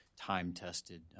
time-tested